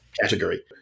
category